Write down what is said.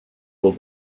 will